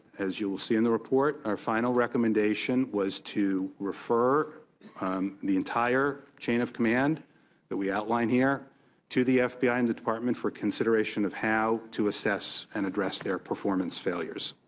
as you will see in the report. our final recommendation was to refer the entire chain of command that we outline here to the f b i. and the department for consideration of how to assess and address their performance failures.